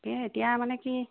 তাকে এতিয়া মানে কি